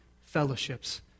fellowships